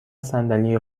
صندلی